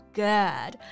good